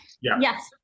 yes